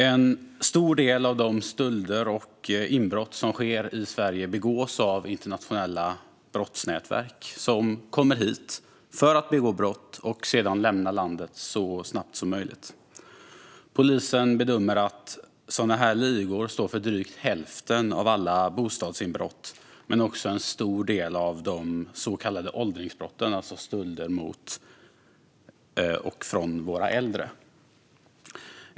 En stor del av de stölder och inbrott som sker i Sverige begås av internationella brottsnätverk, som kommer hit för att begå brott och sedan lämna landet så snabbt som möjligt. Polisen bedömer att sådana här ligor står för drygt hälften av alla bostadsinbrott men också en stor del av de så kallade åldringsbrotten, alltså stölder från våra äldre.